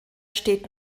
steht